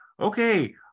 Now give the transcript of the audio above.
okay